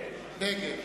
נגד.